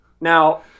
Now